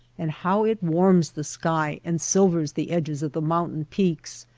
and how it warms the sky, and silvers the edges of the mountain peaks,